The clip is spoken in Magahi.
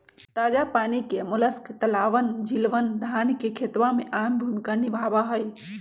ताजा पानी के मोलस्क तालाबअन, झीलवन, धान के खेतवा में आम भूमिका निभावा हई